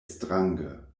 strange